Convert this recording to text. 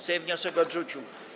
Sejm wniosek odrzucił.